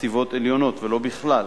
חטיבות עליונות, ולא בכלל.